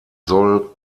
soll